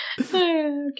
Okay